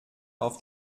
auf